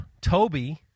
Toby